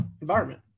environment